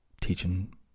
Teaching